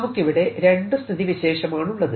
നമുക്ക് ഇവിടെ രണ്ടു സ്ഥിതിവിശേഷമാണുള്ളത്